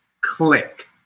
click